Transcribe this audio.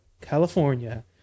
California